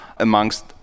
amongst